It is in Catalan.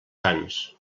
sants